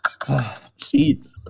Jeez